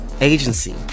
agency